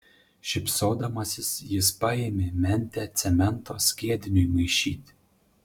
šypsodamasis jis paėmė mentę cemento skiediniui maišyti